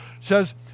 says